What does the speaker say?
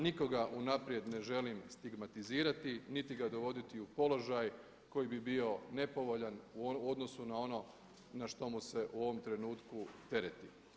Nikoga unaprijed ne želim stigmatizirati niti ga dovoditi u položaj koji bi bio nepovoljan u odnosu na ono na što mu se u ovom trenutku tereti.